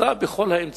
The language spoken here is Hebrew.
נקטה את כל האמצעים